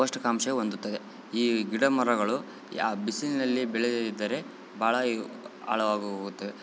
ಪೌಷ್ಠಿಕಾಂಶ ಹೊಂದುತ್ತದೆ ಈ ಗಿಡ ಮರಗಳು ಯಾ ಬಿಸಿಲಿನಲ್ಲಿ ಬೆಳೆಯದಿದ್ದರೆ ಭಾಳ ಈಗ ಆಳವಾಗಿ ಹೋಗುತ್ತವೆ